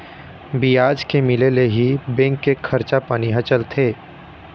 बियाज के मिले ले ही बेंक के खरचा पानी ह चलथे